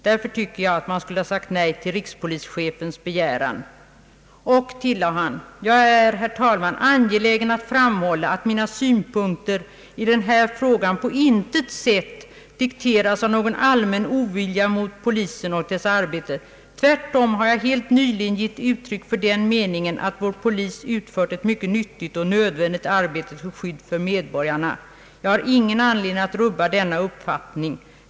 Därför tycker jag, att man skulle ha sagt nej till rikspolischefens begäran.» Och han tillade: »Jag är, herr talman, angelägen att framhålla att mina synpunkter i den här frågan på intet sätt dikteras av någon allmän ovilja mot polisen eller dess arbete. Tvärtom har jag helt nyligen gett uttryck för den meningen, att vår polis utför ett mycket nyttigt och nödvändigt arbete till skydd för medborgarna. Jag har ingen anledning att rubba denna uppfattning.